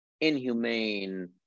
inhumane